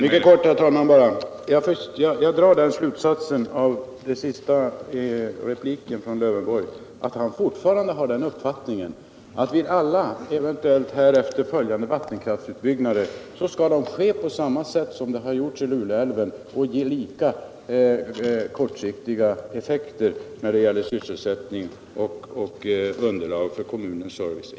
Herr talman! Jag drar den slutsatsen av Alf Lövenborgs senaste replik att han fortfarande har den uppfattningen att alla eventuellt härefter följande vattenkraftsutbyggnader skall ske på samma sätt som tidigare skett när det gäller Lule älv och att de skall ge lika kortsiktiga effekter i fråga om sysselsättning och underlag för kommunens service.